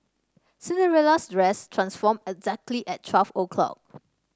Cinderella's dress transformed exactly at twelve o'clock